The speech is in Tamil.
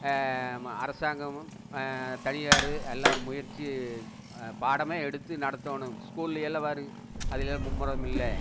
அரசாங்கமும் தனியார் எல்லாம் முயற்சி பாடம் எடுத்து நடத்தணும் ஸ்கூலில் எல்லா பாருங்க அதில் மும்மரம் இல்லை